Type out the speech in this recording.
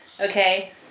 okay